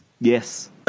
Yes